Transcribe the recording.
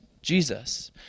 Jesus